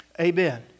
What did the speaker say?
amen